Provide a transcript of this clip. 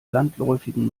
landläufigen